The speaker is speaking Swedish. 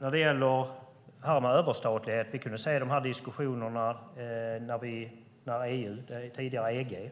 När det gäller överstatlighet kunde vi se de här diskussionerna gällande EU, det tidigare EG,